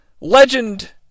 legend